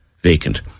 vacant